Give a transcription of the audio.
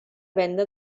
venda